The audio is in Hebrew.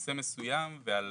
נושא מסוים ועל